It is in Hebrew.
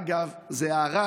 אגב, זאת הערה